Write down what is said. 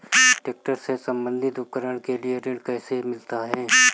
Tractor से संबंधित उपकरण के लिए ऋण कैसे मिलता है?